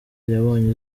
yabonye